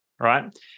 right